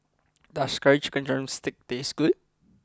does Curry Chicken Drumstick taste good